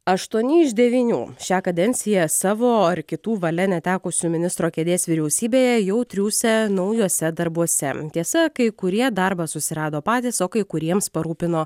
aštuoni iš devynių šią kadenciją savo ar kitų valia netekusių ministro kėdės vyriausybėje jau triūsia naujuose darbuose tiesa kai kurie darbą susirado patys o kai kuriems parūpino